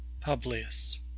Publius